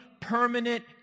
permanent